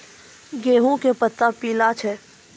गेहूँ के पत्ता पीला छै?